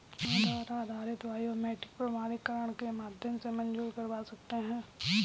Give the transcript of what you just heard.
आधार आधारित बायोमेट्रिक प्रमाणीकरण के माध्यम से मंज़ूर करवा सकते हैं